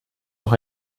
noch